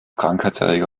krankheitserreger